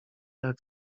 jak